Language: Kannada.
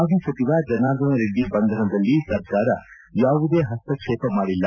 ಮಾಜಿ ಸಚಿವ ಜನಾರ್ಧನ ರೆಡ್ಡಿ ಬಂಧನದಲ್ಲಿ ಸರ್ಕಾರ ಯಾವುದೇ ಹಸ್ತಕ್ಷೇಪ ಮಾಡಿಲ್ಲ